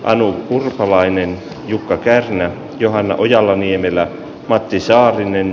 anu mustalainen jukka pesonen johanna ojala niemelä matti saarinen